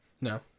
No